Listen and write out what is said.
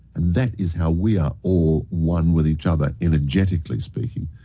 that is how we are, all one with each other, energetically speaking.